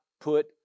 put